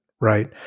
right